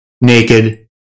naked